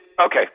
okay